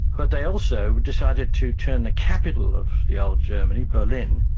but they also decided to turn the capital of the old germany, berlin,